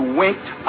winked